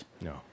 No